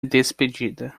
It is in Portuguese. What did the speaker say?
despedida